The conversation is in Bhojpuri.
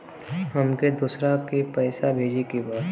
हमके दोसरा के पैसा भेजे के बा?